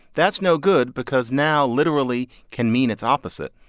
that's no good because now literally can mean its opposite.